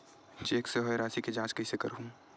Cheque से होए राशि के जांच कइसे करहु?